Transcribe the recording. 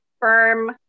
firm